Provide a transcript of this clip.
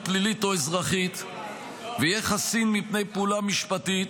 פלילית או אזרחית ויהיה חסין מפני פעולה משפטית,